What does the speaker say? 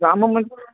रामम्